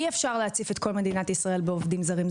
אי אפשר להציף את כל מדינת ישראל בעובדים זרים,